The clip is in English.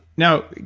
now,